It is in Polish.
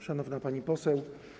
Szanowna Pani Poseł!